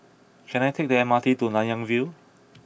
can I take the M R T to Nanyang View